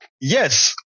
yes